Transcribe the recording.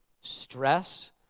stress